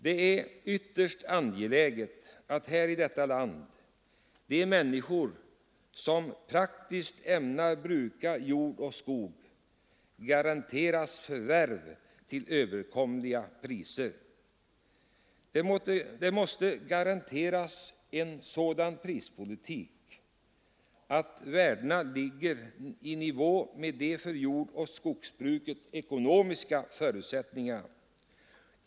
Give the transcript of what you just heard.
Det är ytterst angeläget att här i detta land de människor, som praktiskt ämnar bruka jord och skog, garanteras förvärv till överkomliga priser. En sådan prispolitik måste garanteras att värdena ligger i nivå med de ekonomiska förutsättningarna för jordoch skogsbruket.